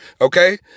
okay